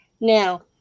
now